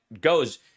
goes